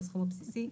בסכום הבסיסי,